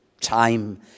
time